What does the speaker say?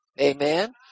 Amen